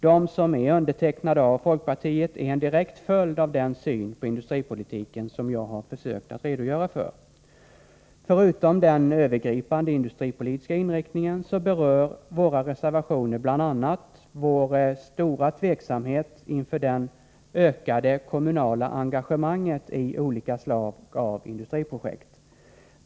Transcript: De som är undertecknade av folkpartiets ledamöter är en direkt följd av den syn på industripolitiken som jag har försökt att redagöra för. Förutom den övergripande industripolitiska inriktningen berör våra reservationer bl.a. vår stora tveksamhet inför det ökade kommunala engagemanget i olika slag av industriprojekt.